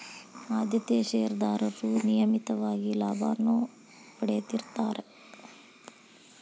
ಆದ್ಯತೆಯ ಷೇರದಾರರು ನಿಯಮಿತವಾಗಿ ಲಾಭಾನ ಪಡೇತಿರ್ತ್ತಾರಾ